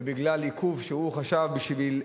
ובגלל עיכוב שהוא לא חשב עליו,